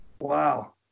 Wow